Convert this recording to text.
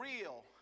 real